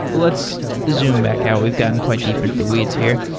let's zoom back out. we've gotten quite deep into the weeds here.